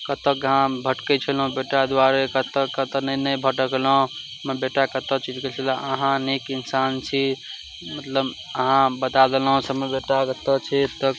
कतऽ अहाँ भटकै छलहुॅं बेटा दुआरे कतऽ कतऽ ने भटकलहुॅं हमर बेटा कतऽ छुटि गेल छलए अहाँ नीक इन्सान छी मतलब अहाँ बता देलहुॅं समय बेटा कतऽ छै तऽ